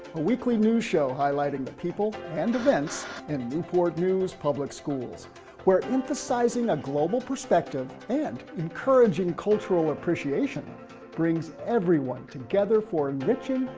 a weekly news show highlighting the people and events in newport news public schools where emphasizing a global perspective and encouraging cultural appreciation brings everyone together for enriching,